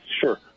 sure